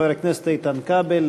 חבר הכנסת איתן כבל,